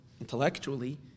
intellectually